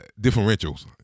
Differentials